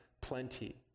plenty